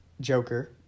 Joker